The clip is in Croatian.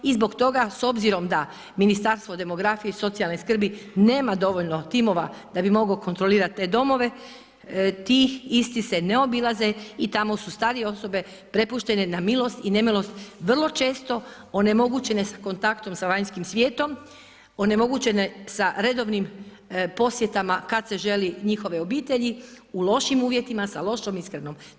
I zbog toga s obzirom da Ministarstvo demografije i socijalne skrbi nema dovoljno timova da bi mogao kontrolirati te domove, ti isti se ne obilaze i tamo su starije osobe prepuštene na milost i nemilost vrlo često onemogućene sa kontaktom sa vanjskim svijetom, onemogućene sa redovnim posjetama kada se želi njihove obitelji u lošim uvjetima, sa lošom ishranom.